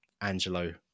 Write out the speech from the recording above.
Angelo